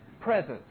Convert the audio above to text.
presence